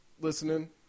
listening